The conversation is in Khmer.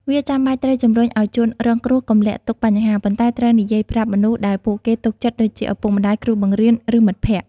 វាចាំបាច់ត្រូវ ជំរុញឲ្យជនរងគ្រោះកុំលាក់ទុកបញ្ហា ប៉ុន្តែត្រូវនិយាយប្រាប់មនុស្សដែលពួកគេទុកចិត្តដូចជាឪពុកម្តាយ គ្រូបង្រៀន ឬមិត្តភក្តិ។